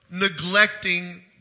neglecting